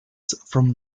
from